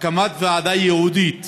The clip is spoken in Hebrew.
הקמת ועדה ייעודית